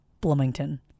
Bloomington